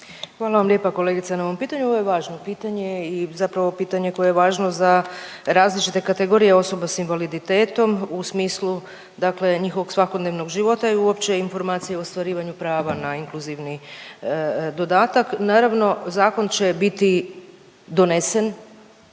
Hvala vam lijepa kolegice na ovom pitanju. Ovo je važno pitanje i zapravo pitanje koje je važno za različite kategorije osoba sa invaliditetom u smislu dakle njihovog svakodnevnog života i uopće informacije o ostvarivanju prava na inkluzivni dodatak. Naravno, zakon će biti donesen,